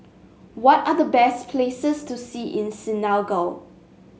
what are the best places to see in Senegal